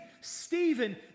Stephen